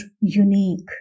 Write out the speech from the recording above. unique